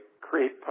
create